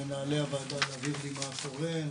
מנהלי הוועדה יגידו לי מה קורה.